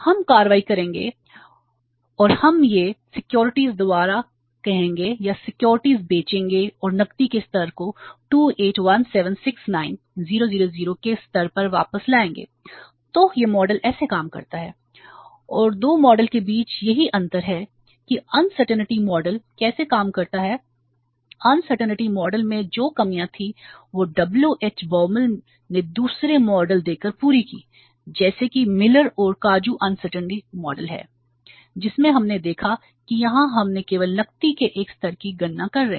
हम कार्रवाई करेंगे और हम यह सिक्योरिटीज मैं जो कमियां थी वह W J Baumol ने दूसरा मॉडल देकर पूरी की जैसे कि मिलर और और काजू अनसर्टेंटी मॉडल है उसमें हमने देखा कि यहां हम न केवल नकदी के एक स्तर की गणना कर रहे हैं